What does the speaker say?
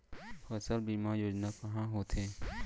फसल बीमा योजना का होथे?